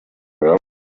murmur